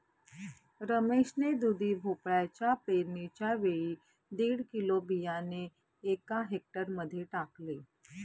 रमेश ने दुधी भोपळ्याच्या पेरणीच्या वेळी दीड किलो बियाणे एका हेक्टर मध्ये टाकले